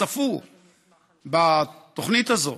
צפו בתוכנית הזאת.